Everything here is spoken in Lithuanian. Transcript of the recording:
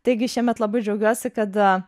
taigi šiemet labai džiaugiuosi kad